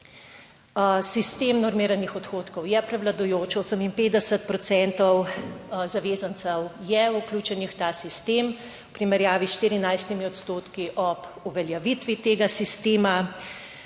sistem normiranih odhodkov je prevladujoč, 58 procentov zavezancev je vključenih v ta sistem, v primerjavi s 14 odstotki ob uveljavitvi tega sistema.